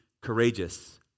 courageous